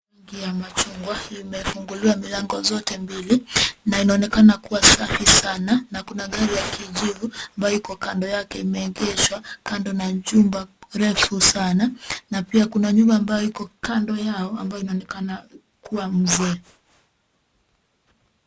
Gari ya machungwa imefunguliwa milango zote mbili na inaonekana kuwa safi sana na kuna gari ya kijivu ambayo iko kanndo yake imeegeshwa kando ya jumba refu sana na pia kuna nyumba iko kando yao ambayo inaonekana kuwa mzee.